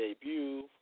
debut